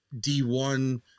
D1